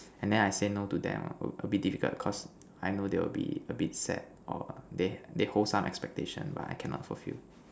and then I say no to them a bit difficult because I know they will be a bit sad or they they hold some expectation but I cannot fulfill